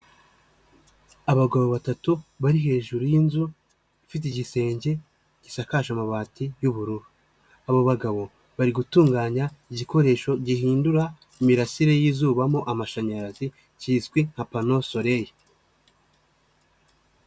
Abagabo batatu, bari hejuru y'inzu, ifite igisenge gisakaje amabati y'ubururu. Abo bagabo, bari gutunganya igikoresho gihindura imirasire y'izuba mo amashanyarazi, cyizwi nka pano soleye.